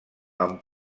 amb